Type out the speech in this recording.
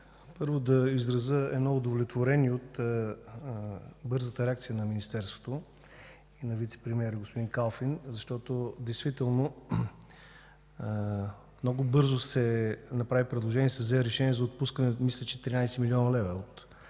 Първо да изразя едно удовлетворение от бързата реакция на Министерството и на вицепремиера господин Калфин, защото много бързо бе направено предложение и се взе решение за отпускане на 13 млн. лв.